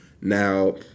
Now